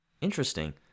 Interesting